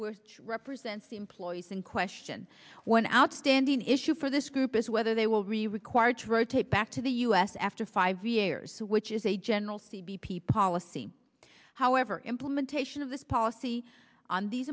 which represents the employees in question one outstanding issue for this group is whether they will really require to rotate back to the u s after five years which is a general c b p policy however implementation of this policy on these